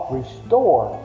restore